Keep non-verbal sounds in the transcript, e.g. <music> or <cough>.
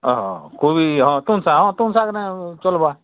ହଁ କୋବି <unintelligible> ହଁ ତୁନ୍ ଶାଗ ତୁନ୍ ଶାଗ ନେଲେ ଚଲ୍ବା